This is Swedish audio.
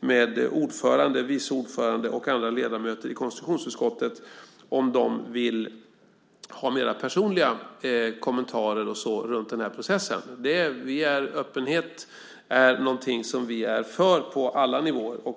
med ordförande, vice ordförande och andra ledamöter i konstitutionsutskottet om de vill ha mer personliga kommentarer runt den här processen. Öppenhet är någonting som vi är för på alla nivåer.